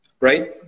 Right